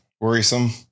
Worrisome